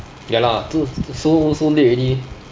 ya lah too so so late already